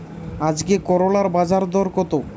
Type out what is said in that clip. আজকে করলার বাজারদর কত?